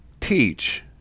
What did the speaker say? teach